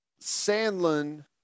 Sandlin